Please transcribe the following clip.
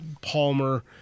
Palmer